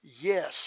Yes